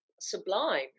sublime